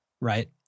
right